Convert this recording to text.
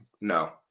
No